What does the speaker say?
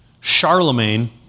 Charlemagne